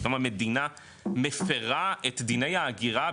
פתאום המדינה מפרה את דיני ההגירה,